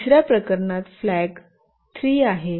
तिसर्या प्रकरणात फ्लॅग 3 आहे